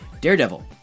Daredevil